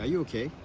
ah yeah ok?